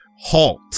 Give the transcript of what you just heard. halt